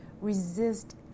resist